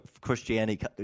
Christianity